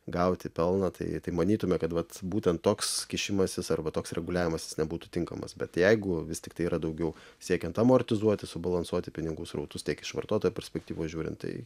gauti pelną tai tai manytume kad vat būtent toks kišimasis arba toks reguliavimas jis nebūtų tinkamas bet jeigu vis tiktai yra daugiau siekiant amortizuoti subalansuoti pinigų srautus tiek iš vartotojo perspektyvos žiūrint tai